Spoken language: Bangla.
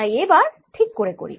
তাই এবার এটা ঠিক করে করি